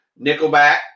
Nickelback